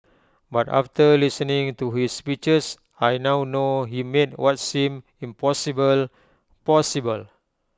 but after listening to his speeches I now know he made what seemed impossible possible